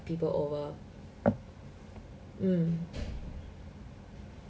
people over mm